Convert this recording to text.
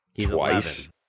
twice—